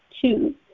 two